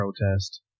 protest